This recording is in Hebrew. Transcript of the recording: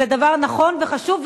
זה דבר נכון וחשוב,